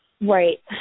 Right